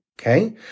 okay